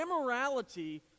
immorality